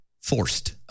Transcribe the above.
forced